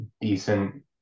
decent